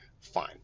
fine